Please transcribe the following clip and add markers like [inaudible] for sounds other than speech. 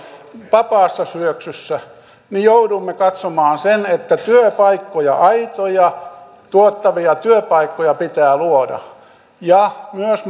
vapaassa syöksyssä joudumme katsomaan sen että työpaikkoja aitoja tuottavia työpaikkoja pitää luoda ja myös [unintelligible]